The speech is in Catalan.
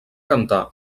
cantar